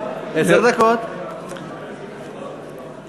עשר דקות, אדוני.